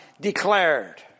declared